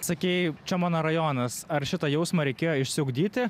sakei čia mano rajonas ar šitą jausmą reikėjo išsiugdyti